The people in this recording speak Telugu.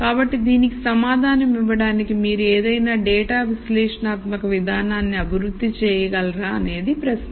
కాబట్టి దీనికి సమాధానం ఇవ్వడానికి మీరు ఏదైనా డేటా విశ్లేషణాత్మక విధానాన్ని అభివృద్ధి చేయగలరా అనేది ప్రశ్న